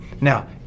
Now